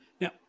Now